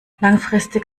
langfristig